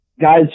guys